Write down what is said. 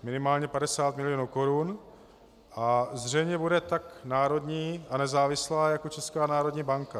Minimálně 50 milionů korun a zřejmě bude tak národní a nezávislá jako Česká národní banka.